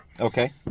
Okay